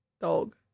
dog